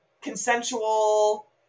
consensual